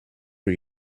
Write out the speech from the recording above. for